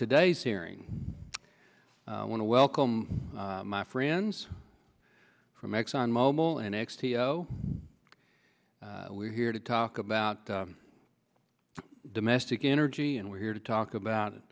today's hearing when i welcome my friends from exxon mobil and x he we're here to talk about domestic energy and we're here to talk about